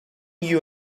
you